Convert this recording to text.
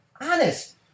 honest